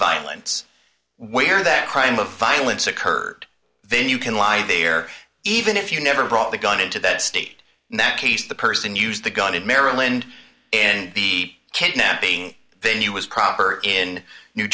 violence where that crime of violence occurred then you can lie there even if you never brought the gun into that state and that case the person used the gun in maryland and the kidnapping they knew was proper in new